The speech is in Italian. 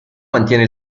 mantiene